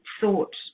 thought